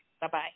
Bye-bye